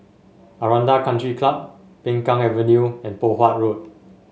Aranda Country Club Peng Kang Avenue and Poh Huat Road